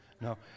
No